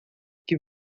que